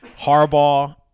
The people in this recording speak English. harbaugh